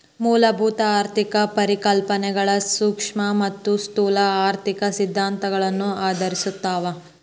ಮೂಲಭೂತ ಆರ್ಥಿಕ ಪರಿಕಲ್ಪನೆಗಳ ಸೂಕ್ಷ್ಮ ಮತ್ತ ಸ್ಥೂಲ ಆರ್ಥಿಕ ಸಿದ್ಧಾಂತಗಳನ್ನ ಆಧರಿಸಿರ್ತಾವ